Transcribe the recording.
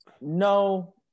No